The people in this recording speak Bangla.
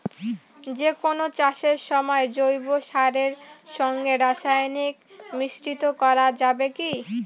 যে কোন চাষের সময় জৈব সারের সঙ্গে রাসায়নিক মিশ্রিত করা যাবে কি?